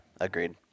agreed